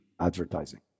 advertising